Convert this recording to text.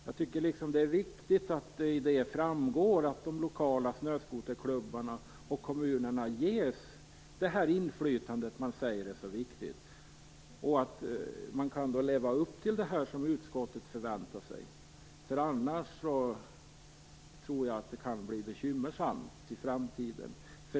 Jag tycker att det är viktigt att det där framgår att de lokala snöskoterklubbarna och kommunerna ges det inflytande som sägs vara så viktigt. Då kan de leva upp till utskottets förväntningar. Annars tror jag att det kan bli bekymmersamt i framtiden.